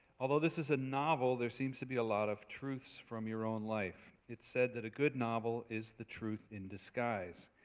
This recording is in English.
although this is a novel, there seems to be a lot of truths from your own life. it's said that a good novel is the truth in disguise.